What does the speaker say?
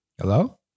Hello